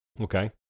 Okay